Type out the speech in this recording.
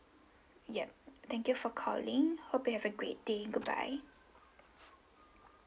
yup thank you for calling hope you have a great day goodbye